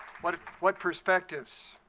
what what perspectives.